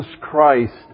Christ